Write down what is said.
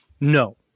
No